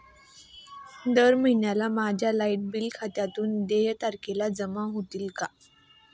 दर महिन्याला माझ्या लाइट बिल खात्यातून देय तारखेला जमा होतील का?